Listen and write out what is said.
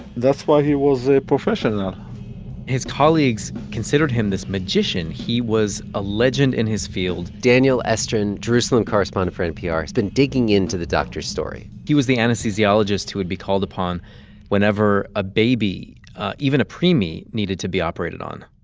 that's why he was a professional his colleagues considered him this magician. he was a legend in his field daniel estrin, jerusalem correspondent for npr, has been digging into the doctor's story he was the anesthesiologist who would be called upon whenever a baby even a preemie needed to be operated on.